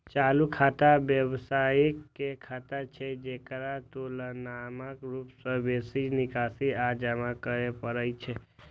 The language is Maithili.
चालू खाता व्यवसायी के खाता छियै, जेकरा तुलनात्मक रूप सं बेसी निकासी आ जमा करै पड़ै छै